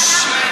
ששש.